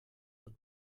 mit